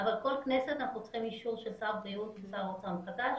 אבל כל כנסת אנחנו צריכים אישור של שר הבריאות ושר האוצר מחדש.